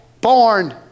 Born